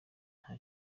nta